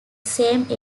same